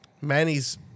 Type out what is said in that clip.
Manny's